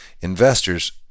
Investors